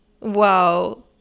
Wow